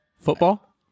Football